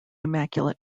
immaculate